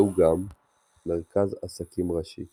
ראו גם מרכז עסקים ראשי